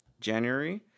January